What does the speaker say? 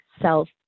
self